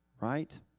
right